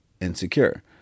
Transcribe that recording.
insecure